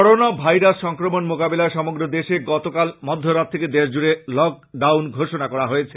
corona virus সংক্রমণ মোকাবিলায় সমগ্র দেশে গত মধ্যরাত থেকে দেশজুরে লকডাউন ঘোষনা করা হয়েছে